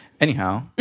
Anyhow